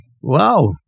Wow